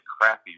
crappy